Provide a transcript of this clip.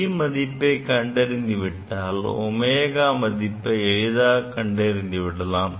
T மதிப்பைக் கண்டறிந்துவிட்டால் ω மதிப்பை எளிதாக கண்டறிந்து விடலாம்